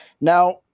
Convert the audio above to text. Now